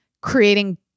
creating